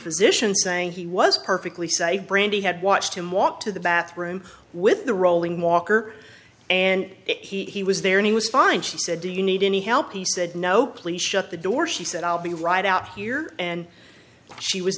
physician saying he was perfectly safe brandy had watched him walk to the bathroom with the rolling walker and he was there and he was fine she said do you need any help he said no please shut the door she said i'll be right out here and she was